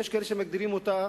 ויש כאלה שמגדירים אותה,